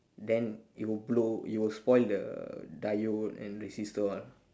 then it will blow it will spoil the diode and resistor all